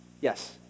Yes